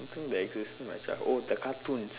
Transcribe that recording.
how come the existence oh the cartoons